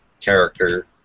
character